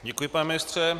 Děkuji, pane ministře.